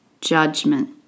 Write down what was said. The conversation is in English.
judgment